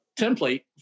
template